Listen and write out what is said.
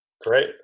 Great